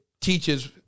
teaches